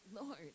Lord